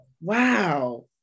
Wow